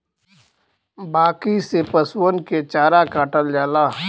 बांकी से पसुअन के चारा काटल जाला